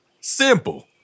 Simple